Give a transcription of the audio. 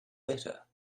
better